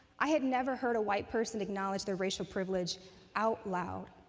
i had never heard a white person acknowledge their racial privilege out loud.